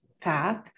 path